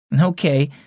Okay